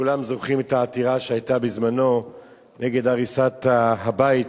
כולם זוכרים את העתירה שהיתה בזמנו נגד הריסת הבית